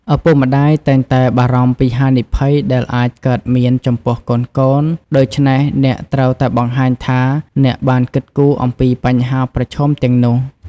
ឪពុកម្ដាយតែងតែបារម្ភពីហានិភ័យដែលអាចកើតមានចំពោះកូនៗ ដូច្នេះ អ្នកត្រូវតែបង្ហាញថាអ្នកបានគិតគូរអំពីបញ្ហាប្រឈមទាំងនោះ។